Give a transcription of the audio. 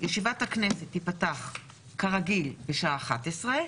ישיבת הכנסת תיפתח כרגיל בשעה 11:00,